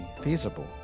feasible